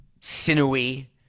sinewy